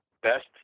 best